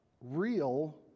real